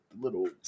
little